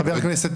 חבר הכנסת